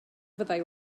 fyddai